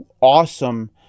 awesome